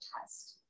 test